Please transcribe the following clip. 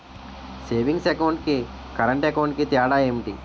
Savings account కి current account కి తేడా ఏమిటి?